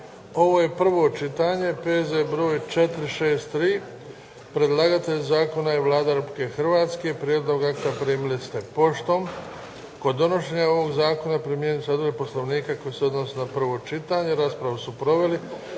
prvo čitanje, P.Z. br. 463 Predlagatelj zakona je Vlada Republike Hrvatske. Prijedlog akta primili ste poštom. Kod donošenja ovog zakona primjenjuju se odredbe Poslovnika koje se odnose na prvo čitanje. Raspravu su proveli